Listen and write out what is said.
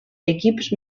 equips